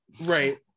right